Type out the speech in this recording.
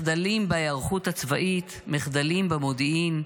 מחדלים בהיערכות הצבאית, מחדלים במודיעין.